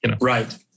Right